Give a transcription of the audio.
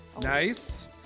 Nice